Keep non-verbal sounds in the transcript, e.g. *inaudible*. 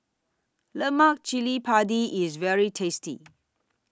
Lemak Cili Padi IS very tasty *noise*